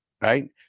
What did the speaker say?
right